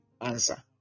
answer